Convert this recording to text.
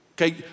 Okay